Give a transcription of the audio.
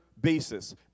basis